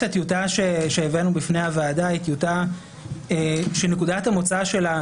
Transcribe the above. הטיוטה שהבאנו בפני הוועדה היא טיוטה שנקודת המוצא שלה,